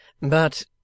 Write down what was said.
But